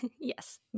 Yes